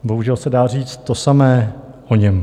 Bohužel se dá říct to samé o něm.